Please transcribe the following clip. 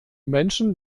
menschen